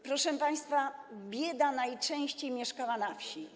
Proszę państwa, bieda najczęściej mieszkała na wsi.